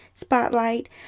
spotlight